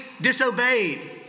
disobeyed